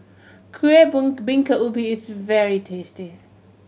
kuih bingka ubi is very tasty